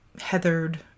heathered